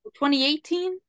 2018